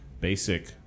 basic